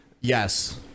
yes